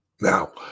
Now